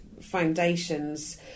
foundations